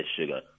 sugar